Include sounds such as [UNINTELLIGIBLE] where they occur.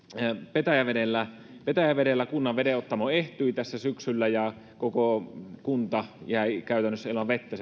petäjävedellä petäjävedellä kunnan vedenottamo ehtyi tässä syksyllä ja koko kunta sen vesijohtoverkosto jäi käytännössä ilman vettä [UNINTELLIGIBLE]